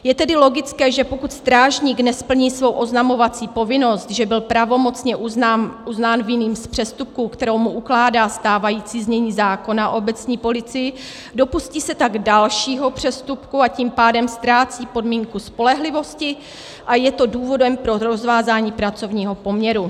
Je tedy logické, že pokud strážník nesplní svou oznamovací povinnost, že byl pravomocně uznán vinným z přestupku, kterou mu ukládá stávající znění zákona o obecní policii, dopustí se tak dalšího přestupku, a tím pádem ztrácí podmínku spolehlivosti a je to důvodem pro rozvázání pracovního poměru.